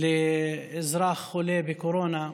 לאזרח חולה בקורונה,